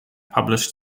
published